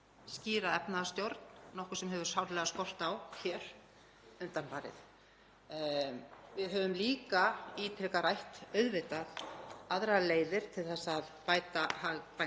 skýra efnahagsstjórn, nokkuð sem hefur sárlega skort á hér undanfarið. Við höfum líka ítrekað rætt, auðvitað, aðrar leiðir til að bæta hag bænda